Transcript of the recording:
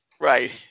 Right